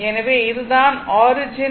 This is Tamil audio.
எனவே இது தான் ஆரிஜின்